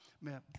Man